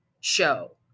show